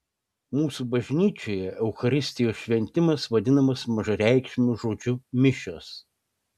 mūsų bažnyčioje eucharistijos šventimas vadinamas mažareikšmiu žodžiu mišios